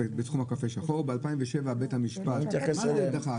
קפה שחור עלה ב-50% - הרבה יותר מ-50% - קפה נמס לא.